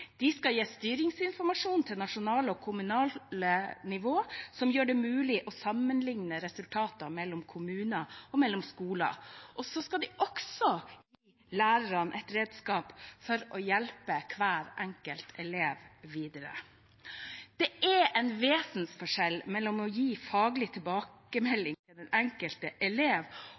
De skal gi styringsinformasjon til nasjonalt og kommunalt nivå, som gjør det mulig å sammenligne resultater mellom kommuner og mellom skoler, og de skal også gi lærerne et redskap for å hjelpe hver enkelt elev videre. Det er en vesensforskjell mellom å gi faglig tilbakemelding til den enkelte elev